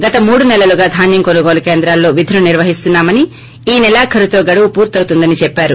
గత మూడు సెలలుగా ధాన్యం కొనుగోలు కేంద్రాల్లో విధులు నిర్వహిస్తున్నామని ఈ నేలాఖరుతో గడువు పూర్తవుతుందని చెప్పారు